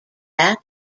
fat